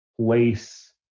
place